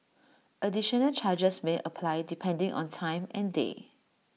additional charges may apply depending on time and day